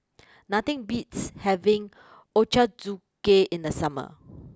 nothing beats having Ochazuke in the summer